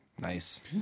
Nice